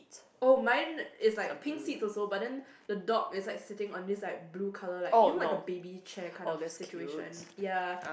oh mine is like pink seat also but then the dog is like sitting on this like blue colour like you know like a baby chair kind of situation ya